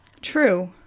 True